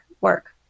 work